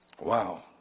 Wow